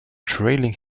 trailing